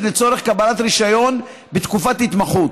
לצורך קבלת רישיון ב"תקופת התמחות",